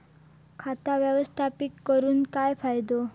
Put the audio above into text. खाता व्यवस्थापित करून काय फायदो?